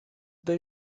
they